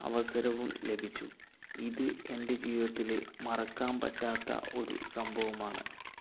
അവസരവും ലഭിച്ചു ഇത് എൻ്റെ ജീവിതത്തിലെ മറക്കാൻ പറ്റാത്ത ഒരു സംഭവമാണ്